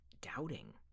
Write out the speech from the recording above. doubting